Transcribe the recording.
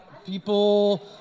people